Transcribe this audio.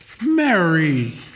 Mary